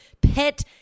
Pet